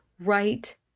right